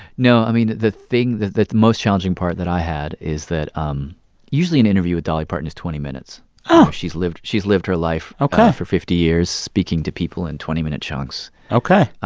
no. i mean, the thing that that the most challenging part that i had is that um usually, an interview with dolly parton is twenty minutes oh she's lived she's lived her life. ok. for fifty years speaking to people in twenty minute chunks. ok.